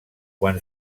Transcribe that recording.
quan